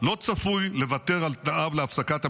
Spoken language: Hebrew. לא צפוי לוותר על תנאיו להפסקת המלחמה,